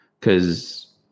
Cause